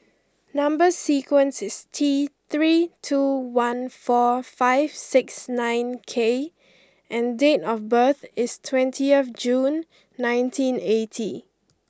number sequence is T three two one four five six nine K and date of birth is twentieth June nineteen eighty